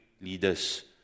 leaders